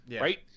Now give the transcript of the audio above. right